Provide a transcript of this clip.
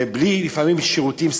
ולפעמים בלי שירותים,